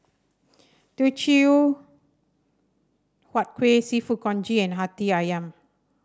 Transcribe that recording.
Teochew Huat Kueh seafood Congee and Hati ayam